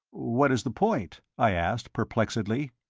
what is the point? i asked, perplexedly.